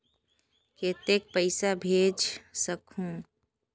कतेक पइसा भेज सकहुं?